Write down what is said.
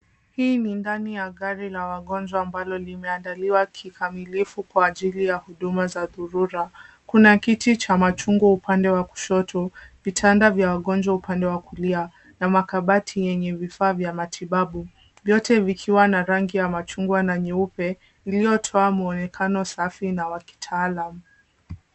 Hii ni ndani ya gari la wagonjwa ambalo limeandaliwa kikamilifu kwa ajili ya huduma za dharura. Kuna kiti cha machungwa upande wa kushoto, vitanda vya wagonjwa upande wa kulia na makabati yenye vifaa vya matibabu, vyote vikiwa na rangi ya machungwa na nyeupe vilivyotoa muonekano safi na wa kitaalam.